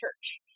church